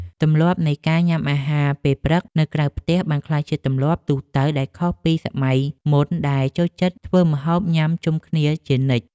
ទម្លាប់នៃការញ៉ាំអាហារពេលព្រឹកនៅក្រៅផ្ទះបានក្លាយជាទម្លាប់ទូទៅដែលខុសពីសម័យមុនដែលចូលចិត្តធ្វើម្ហូបញ៉ាំជុំគ្នាជានិច្ច។